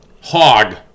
hog